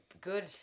good